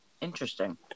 Interesting